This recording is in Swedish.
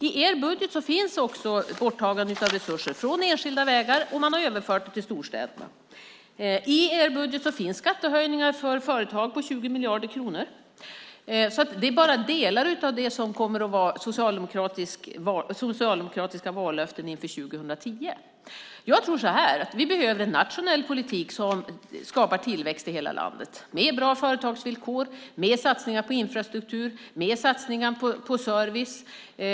I er budget finns också borttagandet av resurser från enskilda vägar. Man har överfört dem till storstäderna. I er budget finns skattehöjningar för företag på 20 miljarder kronor. Det här är bara delar av det som kommer att vara socialdemokratiska vallöften till 2010. Vi behöver en nationell politik som skapar tillväxt i hela landet med bra företagsvillkor, med satsningar på infrastruktur och med satsningar på service.